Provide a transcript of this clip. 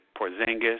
Porzingis